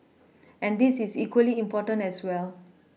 and this is equally important as well